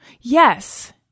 Yes